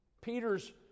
Peter's